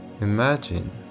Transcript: Imagine